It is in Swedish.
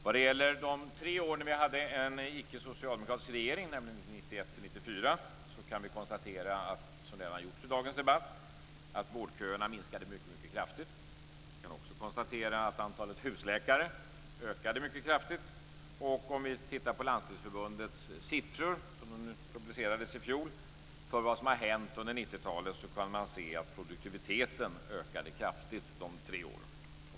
Vad det gäller de tre år då vi hade en icke socialdemokratisk regering, nämligen 1991-1994, kan vi konstatera - som redan har gjorts i dagens debatt - att vårdköerna minskade mycket kraftigt. Vi kan också konstatera att antalet husläkare ökade mycket kraftigt. Om vi tittar på Landstingsförbundets siffror, som publicerades i fjol, över vad som hänt under 1990 talet kan man se att produktiviteten ökade kraftigt under de tre åren.